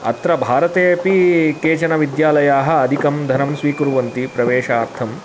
अत्र भारतेऽपि केचन विद्यालयाः अधिकं धनं स्वीकुर्वन्ति प्रवेशार्थम्